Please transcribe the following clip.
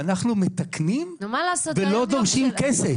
ואנחנו מתקנים ולא דורשים כסף.